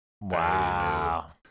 Wow